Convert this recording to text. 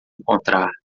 encontrar